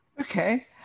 Okay